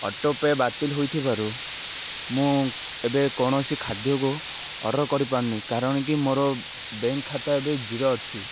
autopay ବାତିଲ୍ ହୋଇଥିବାରୁ ମୁଁ ଏବେ କୌଣସି ଖାଦ୍ୟକୁ ଅର୍ଡ଼ର କରିପାରୁନି କାରଣ କି ମୋର ବ୍ୟାଙ୍କ୍ ଖାତା ଏବେ ଜିରୋ ଅଛି